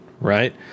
Right